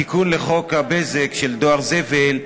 (תיקון, דואר זבל),